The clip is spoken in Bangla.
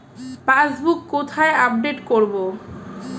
পাসবুক কোথায় আপডেট করব?